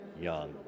young